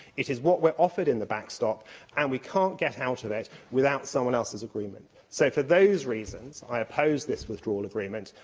it is what we're offered in the backstop and we can't get out of it without someone else's agreement. so, for those reasons, i oppose this withdrawal agreement,